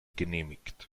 genehmigt